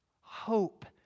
Hope